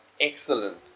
Excellent